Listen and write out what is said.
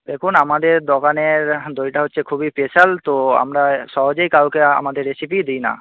দেখুন আমাদের দোকানের দইটা হচ্ছে খুবই স্পেশাল তো আমরা সহজেই কাউকে আমাদের রেসিপি দিই না